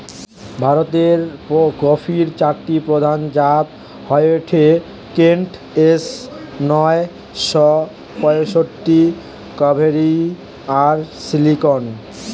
ভারতের কফির চারটি প্রধান জাত হয়ঠে কেন্ট, এস নয় শ পয়ষট্টি, কাভেরি আর সিলেকশন